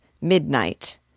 Midnight